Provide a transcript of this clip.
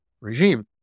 regime